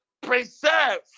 preserve